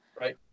right